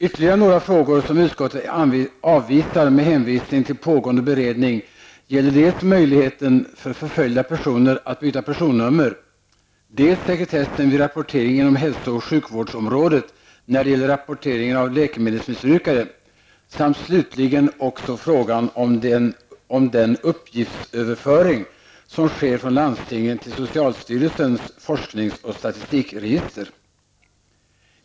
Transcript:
Ytterligare några frågor, som utskottet avvisar med hänvisning till pågående beredning, gäller dels möjligheten för förföljda personer att byta personnummer, dels sekretessen vid rapportering inom hälso och sjukvårdsområdet, när det gäller rapportering av läkemedelsmissbrukare samt slutligen också frågan om den uppgiftsöverföring som sker från landstingen till socialstyrelsens forsknings och statistikregister.